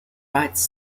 rides